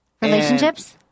relationships